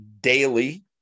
Daily